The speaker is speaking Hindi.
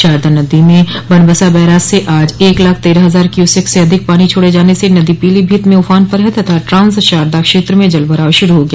शारदा नदी में बनबसा बैराज से आज एक लाख तेरह हजार क्यूसेक से अधिक पानी छोड़े जाने से नदी पीलीभीत में उफान पर है तथा ट्रांस शारदा क्षेत्र में जल भराव शुरू हो गया